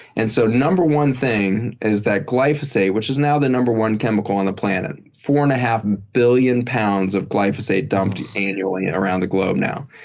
and so number one thing is that glyphosate, which is now the number one chemical on the planet. four and a half billion pounds of glyphosate dumped annually around the globe now.